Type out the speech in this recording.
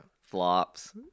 Flops